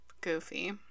goofy